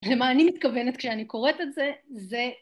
למה אני מתכוונת כשאני קוראת את זה זה